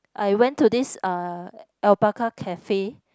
I went to this uh alpaca cafe